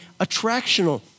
attractional